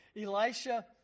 Elisha